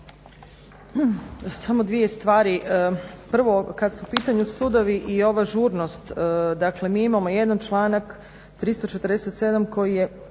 Samo dvije stvari. Prvo, kad su u pitanju sudovi i ova žurnost, dakle mi imamo jedan članak 347. koji je